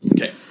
Okay